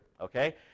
okay